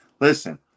Listen